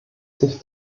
sich